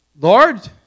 Lord